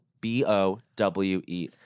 B-O-W-E